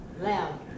Loud